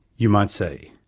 you might say,